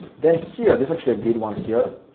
then here, there's actually a good one here,